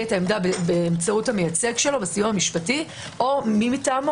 באמצעות המייצג שלו בסיוע המשפטי או מי מטעמו